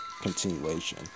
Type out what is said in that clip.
continuation